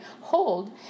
hold